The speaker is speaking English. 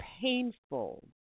Painful